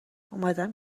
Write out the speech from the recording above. اومدم